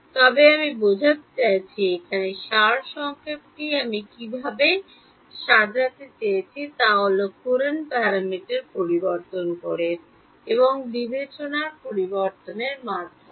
তবে আমি বোঝাতে চাইছি এখানে সারসংক্ষেপটি আমি কীভাবে সাজাতে চেয়েছি তা হল কুরান্ট প্যারামিটার পরিবর্তন করে এবং বিবেচনার পরিবর্তনের মাধ্যমে